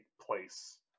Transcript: place